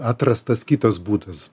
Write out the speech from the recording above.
atrastas kitas būdas